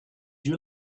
you